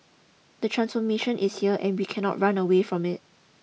the transformation is here and we cannot run away from it